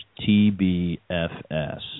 TBFS